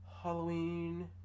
Halloween